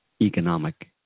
economic